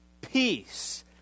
peace